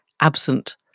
absent